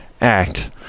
act